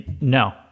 No